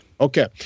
Okay